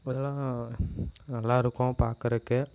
இதெல்லாம் நல்லா இருக்கும் பார்க்குறக்கே